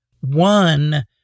one